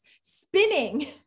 spinning